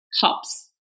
hops